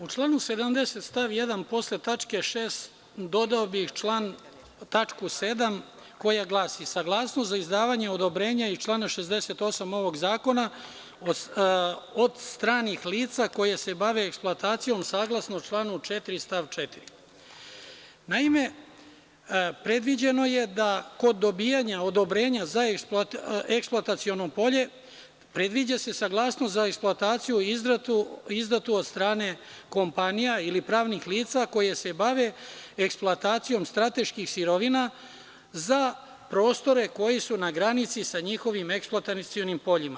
U članu 70. stav 1. posle tačke 6. dodao bih tačku 7) koja glasi – Saglasnost za izdavanje odobrenja iz člana 68. ovog zakona od stranih lica koja se bave eksploatacijom saglasno članu 4. stav 4. Naime, predviđeno je da kod dobijanja odobrenja za eksploataciono polje predviđa se saglasnost za eksploataciju izdatu od strane kompanija ili pravnih lica koja se bave eksploatacijom strateških sirovina za prostore koji su na granici sa njihovim eksploatacionim poljima.